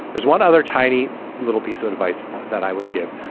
there's one other tiny little piece of advice that i would give,